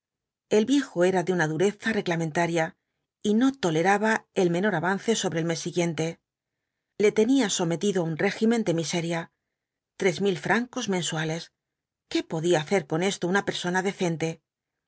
el viejo era de una dureza reglamentaria y no toleraba el menor avance sobre el mes siguiente le tenía sometido á un régimen de miseria tres mil francos mensuales qué podía hacer con esto una persona decente